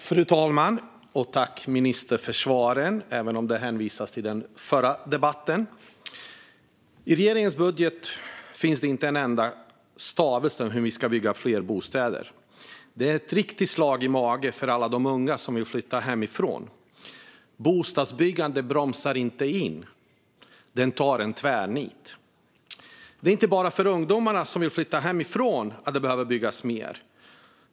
Fru talman! Tack, ministern, för svaret, även om det hänvisades till den föregående debatten! I regeringens budget finns inte en enda stavelse om hur vi ska bygga fler bostäder. Det är ett riktigt slag i magen för alla de unga som vill flytta hemifrån. Bostadsbyggandet bromsar inte in - det tvärnitar. Det är inte bara för ungdomar som vill flytta hemifrån som det behöver byggas mer.